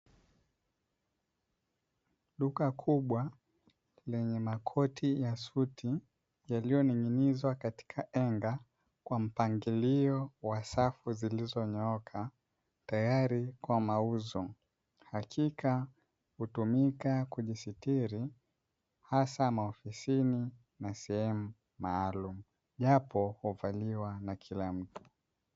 Duka kubwa lenye makoti ya suti yaliyoning'inizwa katika henga kwa mpangilio wa safu zilizonyooka, tayari kwa mauzo hakika hutumika kujisitiri hasa maofisini na sehemu maalum japo huvaliwa na kila mtu.